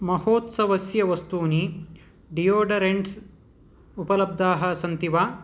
महोत्सवस्य वस्तूनि डीयोडरेण्ट्स् उपलब्धाः सन्ति वा